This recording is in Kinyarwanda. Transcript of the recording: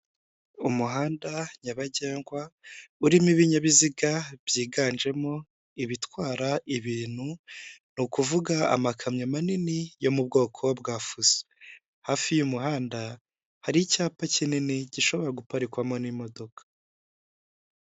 Umuhanda nyabagendwa urimo ibinyabiziga byiganjemo ibitwara ibintu, ni ukuvuga amakamyo manini yo mu bwoko bwa fuso, hafi y'uyu muhanda hari icyapa kinini gishobora guparikwamo n'imodoka.